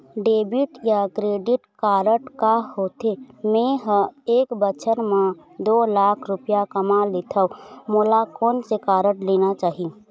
Debit या credit card का होथे, मे ह एक बछर म दो लाख रुपया कमा लेथव मोला कोन से कारड लेना चाही?